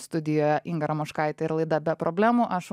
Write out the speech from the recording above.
studija inga ramoškaitė ir laida be problemų aš